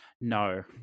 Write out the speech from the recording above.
no